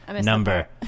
number